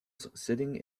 sitting